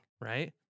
Right